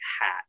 hat